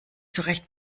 zurecht